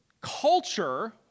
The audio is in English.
culture